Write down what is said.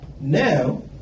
Now